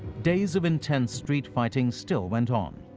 days of intense street fighting still went on,